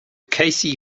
casey